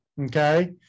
okay